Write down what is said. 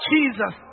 Jesus